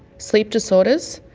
sleep disorders,